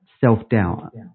self-doubt